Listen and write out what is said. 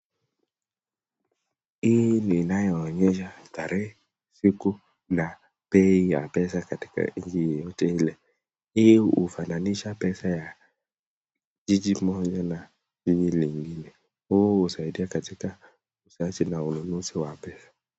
Hii inaonyesha tarehe, siku na bei ya pesa katika nchi yoyote ile. Hii hufananisha pesa ya jiji moja na jiji lingine. Huu husaidia katika usafirishaji na ununuzi wa pesa.